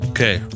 Okay